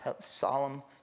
solemn